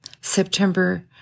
September